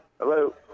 Hello